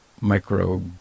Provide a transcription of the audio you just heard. micro